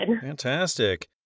Fantastic